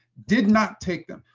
did not take them.